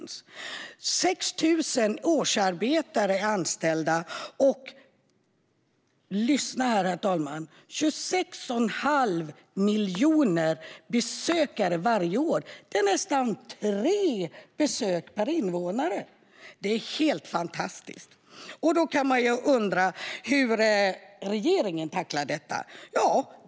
6 000 årsarbetare är anställda och - lyssna nu, herr talman! - de har 26 1⁄2 miljon besökare varje år. Det är nästan tre besök per invånare. Det är helt fantastiskt! Då kan man ju undra hur regeringen tacklar detta.